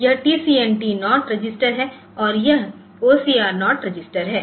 यह TCNT 0 register है और यह OCR 0 रजिस्टर है